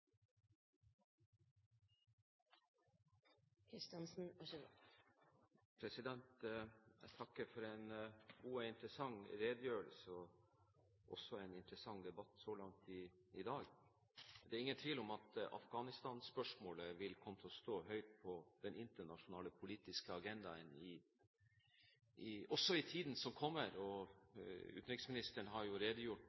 også en interessant debatt så langt i dag. Det er ingen tvil om at Afghanistan-spørsmålet vil komme til å stå høyt på den internasjonale politiske agendaen også i tiden som kommer. Utenriksministeren har redegjort tydelig for at det kommer en ny redegjørelse om spørsmålet i Stortinget i månedsskiftet mai/juni. Likevel er vi i en situasjon der tiden innhenter oss, og